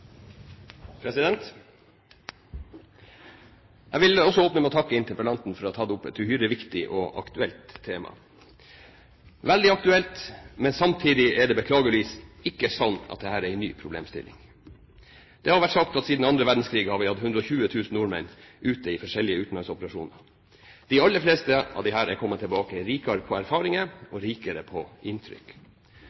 Også jeg vil åpne med å takke interpellanten for å ha tatt opp et uhyre viktig og aktuelt tema. Det er veldig aktuelt, men samtidig er det beklageligvis ikke sant at dette er en ny problemstilling. Det har vært sagt at siden annen verdenskrig har vi hatt 120 000 nordmenn ute i forskjellige utenlandsoperasjoner. De aller fleste av disse er kommet tilbake rikere på erfaringer